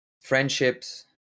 friendships